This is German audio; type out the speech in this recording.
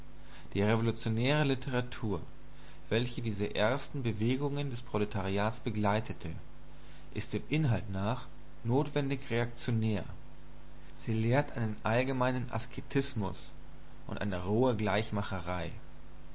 die revolutionäre literatur welche diese ersten bewegungen des proletariats begleitete ist dem inhalt nach notwendig reaktionär sie lehrt einen allgemeinen asketismus und eine rohe gleichmacherei